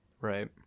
right